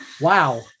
wow